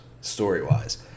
story-wise